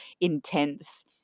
intense